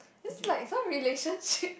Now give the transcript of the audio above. just like some relationships